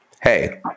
hey